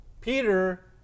Peter